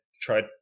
tried